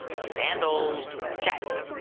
sandals, check.